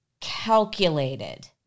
calculated